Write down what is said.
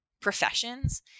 professions